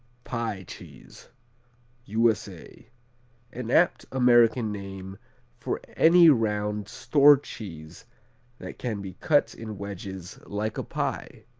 pie cheese u s a an apt american name for any round store cheese that can be cut in wedges like a pie.